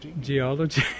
geology